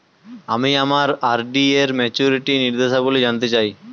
আমি আমার আর.ডি এর মাচুরিটি নির্দেশাবলী জানতে চাই